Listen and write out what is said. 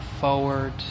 forward